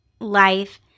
life